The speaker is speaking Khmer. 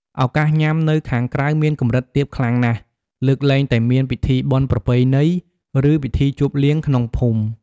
ឱកាសញ៉ាំនៅខាងក្រៅមានកម្រិតទាបខ្លាំងណាស់ លើកលែងតែមានពិធីបុណ្យប្រពៃណី ឬពិធីជប់លៀងក្នុងភូមិ។